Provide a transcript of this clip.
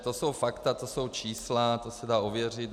To jsou fakta, to jsou čísla, to se dá ověřit.